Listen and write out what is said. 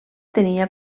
tenia